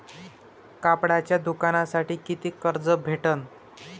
कापडाच्या दुकानासाठी कितीक कर्ज भेटन?